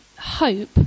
hope